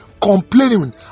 complaining